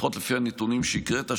לפחות לפי הנתונים שהקראת,